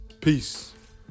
peace